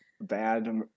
bad